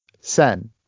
Sen